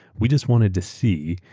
we just wanted to see,